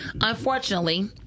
unfortunately